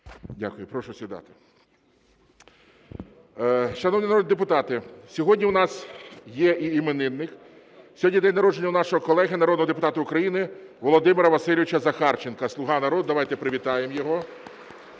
Дякую. Прошу сідати. Шановні народні депутати, сьогодні у нас є іменинник, сьогодні день народження у нашого колеги народного депутата України Володимира Васильовича Захарченка, "Слуга народу". Давайте привітаємо його,